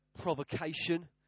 provocation